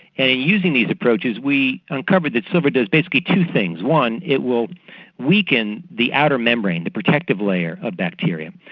and in using these approaches we uncovered that silver does basically two things. one, it will weaken the outer membrane, the protective layer of bacteria,